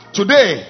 today